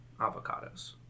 avocados